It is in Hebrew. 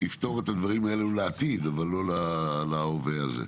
- יפתור את הדברים האלו לעתיד, אבל לא להווה הזה.